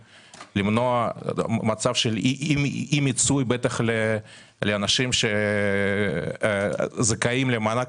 כוח הקנייה ממתי ויתרנו על כוח הקנייה של אנשים בשכר מינימום ולמה?